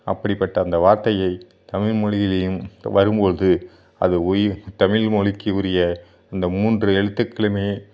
அப்படிப்பட்ட அந்த வார்த்தையை தமிழ்மொழியிலையும் வரும் பொழுது அது உயிர் தமிழ்மொழிக்கு உரிய இந்த மூன்று எழுத்துக்களுமே